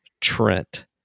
Trent